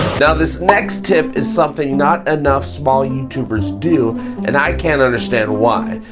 now this next tip is something not enough small youtubers do and i can't understand why.